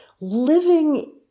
living